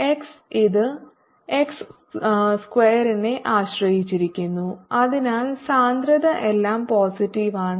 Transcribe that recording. x ഇത് x സ്ക്വയറിനെ ആശ്രയിച്ചിരിക്കുന്നു അതിനാൽ സാന്ദ്രത എല്ലാം പോസിറ്റീവ് ആണ്